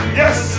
yes